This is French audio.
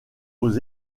aux